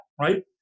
right